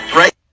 right